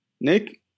Nick